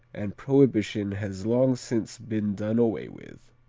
and prohibition has long since been done away with,